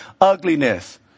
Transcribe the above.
ugliness